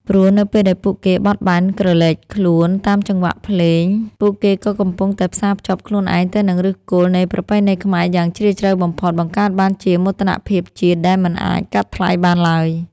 ព្រោះនៅពេលដែលពួកគេបត់បែនក្រឡេកខ្លួនតាមចង្វាក់ភ្លេង ពួកគេក៏កំពុងតែផ្សារភ្ជាប់ខ្លួនឯងទៅនឹងឫសគល់នៃប្រពៃណីខ្មែរយ៉ាងជ្រាលជ្រៅបំផុត បង្កើតបានជាមោទនភាពជាតិដែលមិនអាចកាត់ថ្លៃបានឡើយ។